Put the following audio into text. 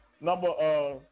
number